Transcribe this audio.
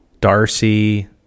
Darcy